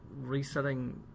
resetting